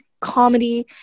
comedy